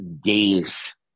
days